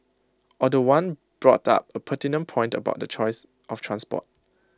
although one brought up A pertinent point about the choice of transport